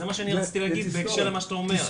זה מה שרציתי להגיד בהקשר למה שאתה אומר.